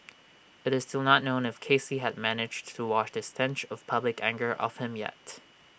IT is still not known if Casey had managed to wash the stench of public anger off him yet